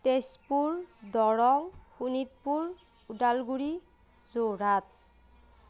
Tezpur Darrang Sonitpur Udalguri Jorhat